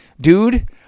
dude